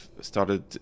started